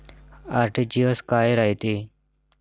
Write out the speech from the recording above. RTGS काय रायते?